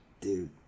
Dude